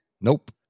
Nope